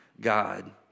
God